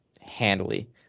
handily